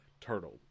turtle